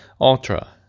Ultra